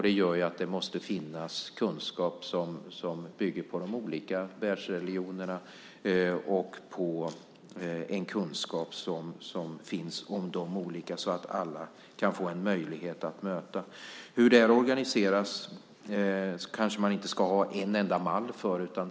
Det gör ju att det måste finnas kunskap som bygger på de olika världsreligionerna så att alla kan få en möjlighet att mötas. Hur det organiseras kanske man inte kan ha en enda mall för.